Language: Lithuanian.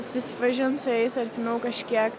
susipažint su jais artimiau kažkiek